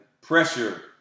pressure